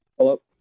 Hello